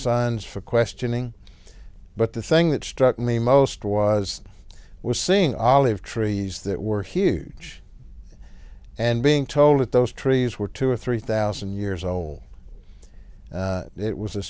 sons for questioning but the thing that struck me most was was seeing olive trees that were huge and being told that those trees were two or three thousand years old it was a